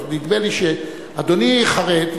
אז נדמה לי שאדוני חרד,